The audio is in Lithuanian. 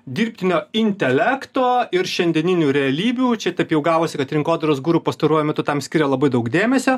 dirbtinio intelekto ir šiandieninių realybių čia taip jau gavosi kad rinkodaros guru pastaruoju metu tam skiria labai daug dėmesio